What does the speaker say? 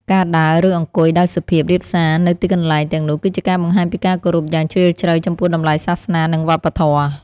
ការដើរ ឬអង្គុយដោយសុភាពរាបសារនៅទីកន្លែងទាំងនោះគឺជាការបង្ហាញពីការគោរពយ៉ាងជ្រាលជ្រៅចំពោះតម្លៃសាសនា និងវប្បធម៌។